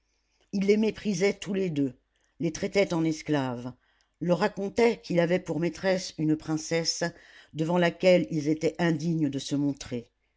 il les méprisait tous les deux les traitait en esclaves leur racontait qu'il avait pour maîtresse une princesse devant laquelle ils étaient indignes de se montrer